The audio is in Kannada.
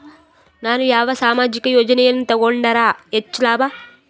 ನಾನು ಯಾವ ಸಾಮಾಜಿಕ ಯೋಜನೆಯನ್ನು ತಗೊಂಡರ ಹೆಚ್ಚು ಲಾಭ?